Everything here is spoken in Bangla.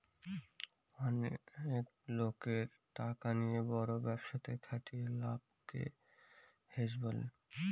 অনেক লোকের টাকা নিয়ে বড় ব্যবসাতে খাটিয়ে লাভকে হেজ বলে